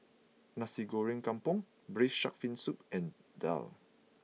Nasi Goreng Kampung Braised Shark Fin Soup and Daal